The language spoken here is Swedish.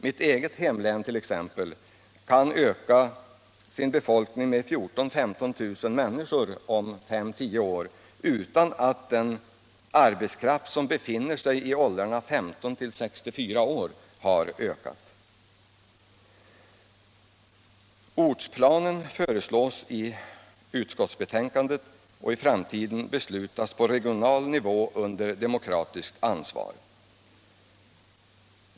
Mitt eget hemlän t.ex. kan öka sin befolkning med 14000 å 15 000 människor om 5-10 år utan att den arbetskraft som befinner sig i åldrarna 15-64 år har ökat. Ortsplanen föreslås i utskottsbetänkandet i framtiden beslutas på regional nivå under demokratiskt ansvar.